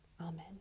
Amen